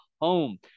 home